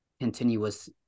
continuous